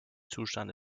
zustand